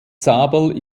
zabel